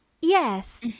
Yes